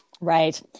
right